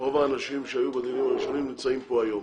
רוב האנשים שהיו בדיונים הראשונים נמצאים פה היום.